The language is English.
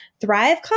Thrive